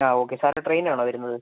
ആ okay sir ട്രെയിനിനാണൊ വരുന്നത്